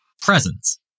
presents